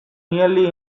nearly